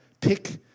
pick